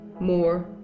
more